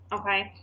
Okay